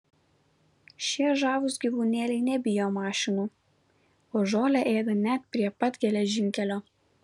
šie žavūs gyvūnėliai nebijo mašinų o žolę ėda net prie pat geležinkelio